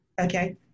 Okay